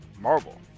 Marvel